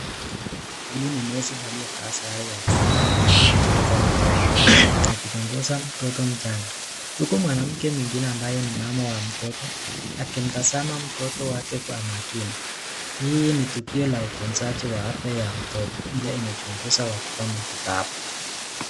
Huyu ni nesi aliyevaa sare za matibabu na kitambaa chake cha kijani, akichunguza mtoto mchanga. Huku mwanamke mwingine ambaye ni mama wa mtoto akimtazama mtoto wake kwa makini. Hii ni tukio la utunzaji wa afya ya mtoto ndiyo inachunguza kwa kumpa matibabu